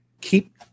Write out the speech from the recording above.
keep